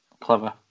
clever